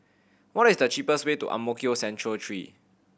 what is the cheapest way to Ang Mo Kio Central Three